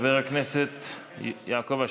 חבר הכנסת יעקב אשר,